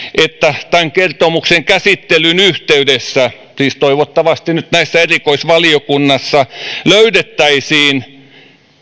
että tämän kertomuksen käsittelyn yhteydessä siis toivottavasti nyt näissä erikoisvaliokunnissa löydettäisiin